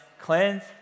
cleanse